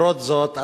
למרות זאת,